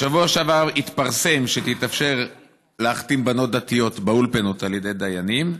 בשבוע שעבר התפרסם שיתאפשר להחתים בנות דתיות באולפנות על ידי דיינים.